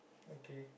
okay